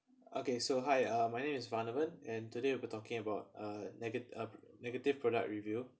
okay so hi uh my name is vonavon and today we'll be talking about uh negative uh negative product review